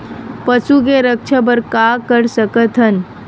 पशु के रक्षा बर का कर सकत हन?